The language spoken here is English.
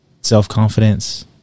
Self-confidence